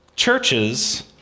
Churches